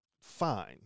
fine